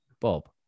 Bob